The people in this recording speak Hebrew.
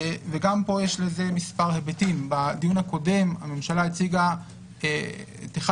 גם פה יש לזה מספר היבטים: בדיון הקודם הממשלה הציגה את אחד